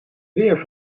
weer